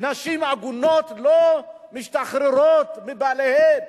נשים עגונות לא משתחררות מבעליהן?